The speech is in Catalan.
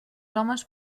homes